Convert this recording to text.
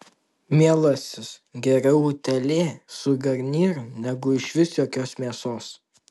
mielasis geriau utėlė su garnyru negu išvis jokios mėsos